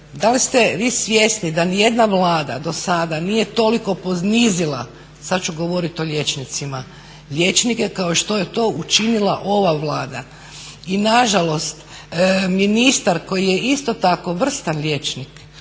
da li ste vi svjesni da nijedna Vlada do sada nije toliko ponizila, sada ću govoriti o liječnicima, liječnike kao što je učinila ova Vlada? I nažalost ministar koji je isto tako vrstan liječnik,